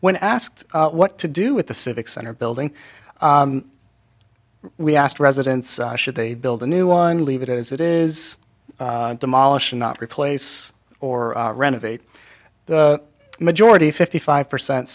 when asked what to do with the civic center building we asked residents should they build a new one leave it as it is demolish not replace or renovate the majority fifty five percent